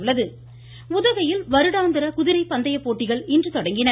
மமமமமம உதகை உதகையில் வருடாந்திர குதிரை பந்தய போட்டிகள் இன்று தொடங்கின